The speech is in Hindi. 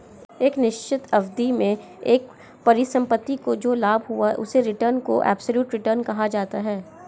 एक निश्चित अवधि में एक परिसंपत्ति को जो लाभ हुआ उस रिटर्न को एबसोल्यूट रिटर्न कहा जाता है